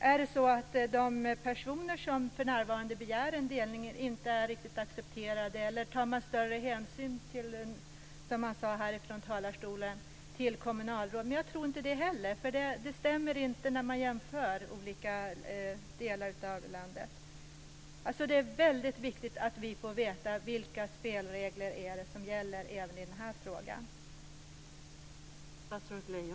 Är det så att de personer som för närvarande begär en delning inte riktigt är accepterade, eller tar man större hänsyn till, som sades här i talarstolen, kommunalråd? Jag tror inte det, för det stämmer inte vid en jämförelse mellan olika delar av landet. Det är alltså väldigt viktigt att vi även i den här frågan får veta vilka spelregler som gäller.